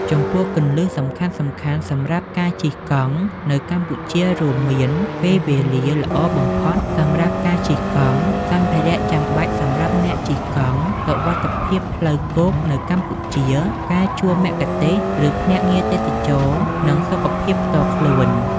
ចំពោះ គន្លឹះសំខាន់ៗសម្រាប់ការជិះកង់នៅកម្ពុជារួមមាន ពេលវេលាល្អបំផុតសម្រាប់ការជិះកង់ សម្ភារៈចាំបាច់សម្រាប់អ្នកជិះកង់ សុវត្ថិភាពផ្លូវគោកនៅកម្ពុជា ការជួលមគ្គុទ្ទេសក៍ឬភ្នាក់ងារទេសចរណ៍ និងសុខភាពផ្ទាល់ខ្លួន។